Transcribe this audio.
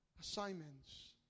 Assignments